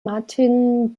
martin